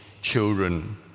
children